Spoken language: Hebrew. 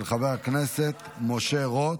של חבר הכנסת משה רוט.